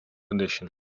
condition